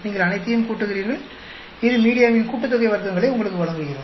நீங்கள் அனைத்தையும் கூட்டுகிறீர்கள் இது மீடியாவின் கூட்டுத்தொகை வர்க்கங்களை உங்களுக்கு வழங்குகிறது